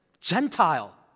Gentile